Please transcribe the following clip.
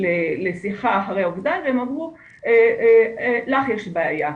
לשיחה אחרי אובדן והם אמרו 'לך יש בעיה.